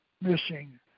missing